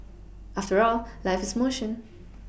after all life is motion